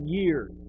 years